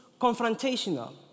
confrontational